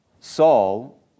Saul